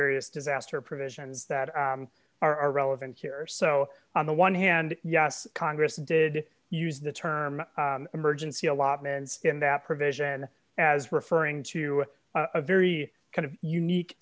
various disaster provisions that are relevant here so on the one hand yes congress did use the term emergency allotments in that provision as referring to a very kind of unique